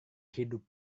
hidup